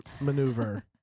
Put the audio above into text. maneuver